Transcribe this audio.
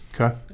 Okay